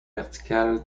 vertical